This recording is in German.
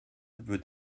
wird